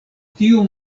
tiu